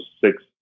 six